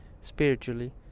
spiritually